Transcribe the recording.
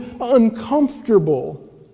uncomfortable